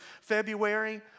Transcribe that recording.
February